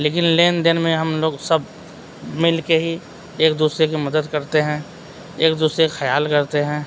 لیکن لین دین میں ہم لوگ سب مل کے ہی ایک دوسرے کی مدد کرتے ہیں ایک دوسرے خیال کرتے ہیں